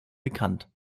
bekannt